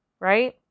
right